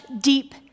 deep